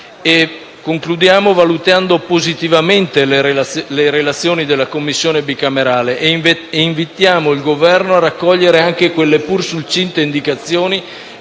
Presidente, valutando positivamente le relazioni della Commissione bicamerale e invitando il Governo a raccogliere le pur succinte indicazioni